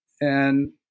and